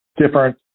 different